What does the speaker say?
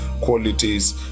qualities